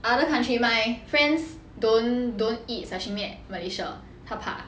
other country my friends don't don't eat sashimi at malaysia 怕怕